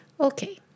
Okay